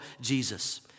Jesus